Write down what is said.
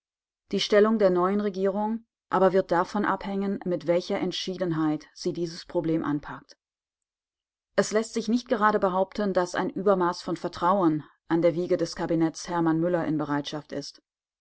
die stellung der neuen regierung aber wird davon abhängen mit welcher entschiedenheit sie dieses problem anpackt es läßt sich nicht gerade behaupten daß ein übermaß von vertrauen an der wiege des kabinetts hermann müller in bereitschaft ist